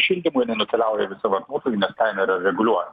šildymui nukeliauja visa vartotojui nes kaina yra reguliuojama